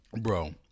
Bro